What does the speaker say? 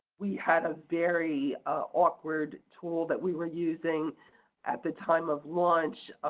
we had a very awkward tool that we were using at the time of launch,